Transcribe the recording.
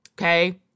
okay